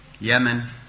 Yemen